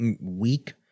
weak